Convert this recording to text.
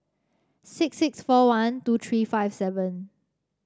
six six four one two three five seven